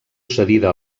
cedida